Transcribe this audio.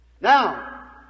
Now